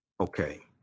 okay